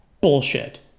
bullshit